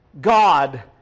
God